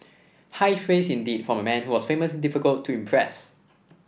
high praise indeed from a man who was famously difficult to impress